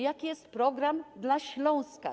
Jaki jest program dla Śląska?